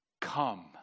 Come